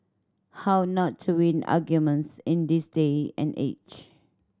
how not to win arguments in this day and age